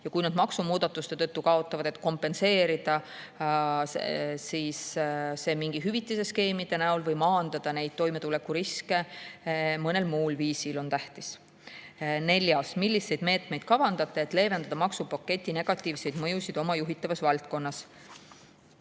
Ja kui nad maksumuudatuste tõttu kaotavad, siis on tähtis kompenseerida see mingite hüvitisskeemide abil või maandada toimetulekuriske mõnel muul viisil. Neljandaks: "Milliseid meetmeid kavandate, et leevendada maksupaketi negatiivseid mõjusid oma juhitavas valdkonnas?"